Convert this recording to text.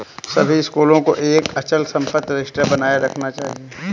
सभी स्कूलों को एक अचल संपत्ति रजिस्टर बनाए रखना चाहिए